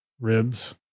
Ribs